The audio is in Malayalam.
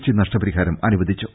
ടി നഷ്ടപരിഹാരം അനുവദിച്ചു